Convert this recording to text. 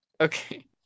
okay